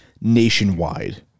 nationwide